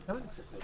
נפסקה